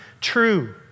true